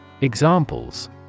Examples